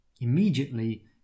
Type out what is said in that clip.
Immediately